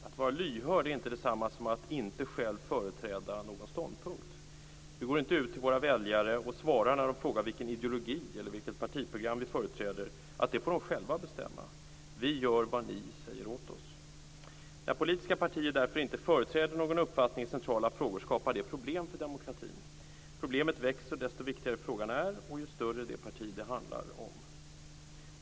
Att vara lyhörd är inte detsamma som att inte själv företräda någon ståndpunkt. Vi går inte ut till våra väljare och svarar, när de frågar vilken ideologi eller vilket partiprogram vi företräder, att de själva får bestämma det. Vi gör vad ni säger åt oss. När ett politiskt parti inte företräder någon uppfattning i centrala frågor skapar det problem för demokratin. Problemet växer ju viktigare frågan är och ju större parti det handlar om.